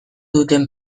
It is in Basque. duten